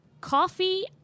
coffee